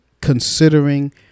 considering